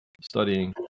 studying